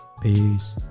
Peace